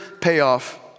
payoff